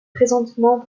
présentement